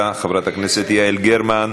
הספקתי להצביע.